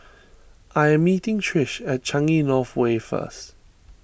I am meeting Trish at Changi North Way first